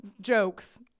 jokes